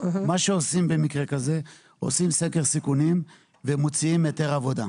מה שעושים במקרה כזה עושים סקר סיכונים ומוציאים היתר עבודה.